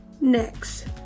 Next